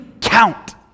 count